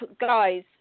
Guys